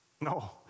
no